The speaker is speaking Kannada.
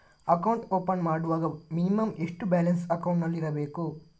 ಅಕೌಂಟ್ ಓಪನ್ ಮಾಡುವಾಗ ಮಿನಿಮಂ ಎಷ್ಟು ಬ್ಯಾಲೆನ್ಸ್ ಅಕೌಂಟಿನಲ್ಲಿ ಇರಬೇಕು?